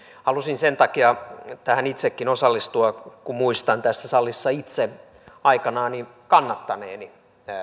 halusin sen takia itsekin osallistua kun muistan tässä salissa itse aikanani kannattaneeni